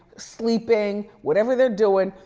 sleeping, whatever they're doing,